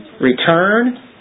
return